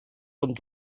und